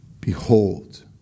Behold